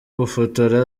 gufotora